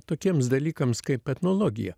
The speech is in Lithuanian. tokiems dalykams kaip etnologija